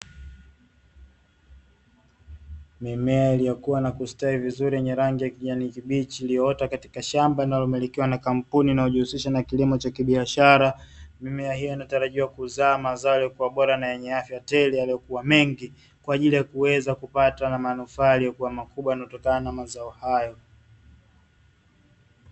Mimea iliyokua na kustawi vizuri yenye rangi ya kijani kibichi, iliyoota katika shamba linalomilikiwa na kampuni linajihusisha na kilimo cha kibiashara. Mimea hiyo inatarajiwa kuzaa mazao yalilyo kuwa bora na yenye afya tele, yalilyo kuwa mengi. Kwa ajili ya kuweza kupata manufaa yaliyokua makubwa, yanayotokana na mazao hayo.